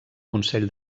consell